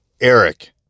Eric